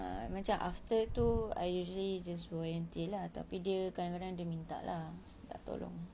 ah macam after tu I usually just go and see lah tapi dia kadang-kadang dia minta lah minta tolong